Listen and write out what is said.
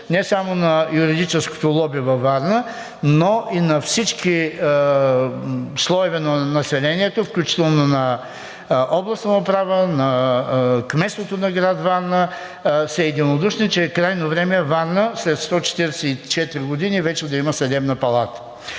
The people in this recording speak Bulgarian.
не само на юридическото лоби във Варна, но и на всички слоеве на населението, включително на областната управа, на кметството на град Варна са единодушни, че е крайно време Варна след 144 години вече да има Съдебна палата.